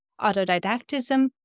autodidactism